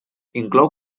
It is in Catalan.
inclou